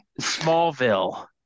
Smallville